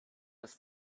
was